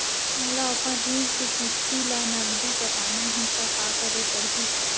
मोला अपन ऋण के किसती ला नगदी पटाना हे ता का करे पड़ही?